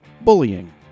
Bullying